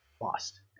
Lost